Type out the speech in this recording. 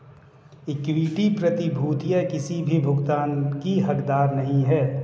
equity प्रतिभूतियां किसी भी भुगतान की हकदार नहीं हैं